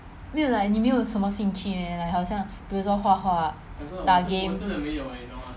没有 like 你没有什么兴趣 meh 好像比如说画画打 game